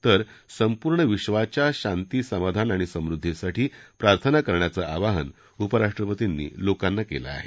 तर संपूर्ण विद्वाच्या शांती समाधान आणि समृद्दीसाठी प्रार्थना करण्याचं आवाहन उपराष्ट्रपतींनी लोकांना केलं आहे